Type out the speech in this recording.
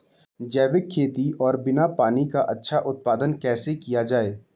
जैविक खेती और बिना पानी का अच्छा उत्पादन कैसे किया जाए?